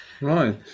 right